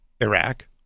Iraq